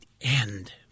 end